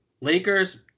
Lakers